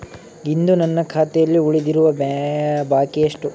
ಇಂದು ನನ್ನ ಖಾತೆಯಲ್ಲಿ ಉಳಿದಿರುವ ಬಾಕಿ ಎಷ್ಟು?